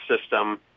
system